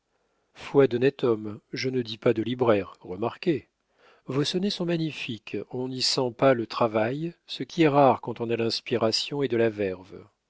foi d'honnête homme je ne dis pas de libraire remarquez vos sonnets sont magnifiques on n'y sent pas le travail ce qui est rare quand on a l'inspiration et de la verve